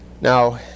Now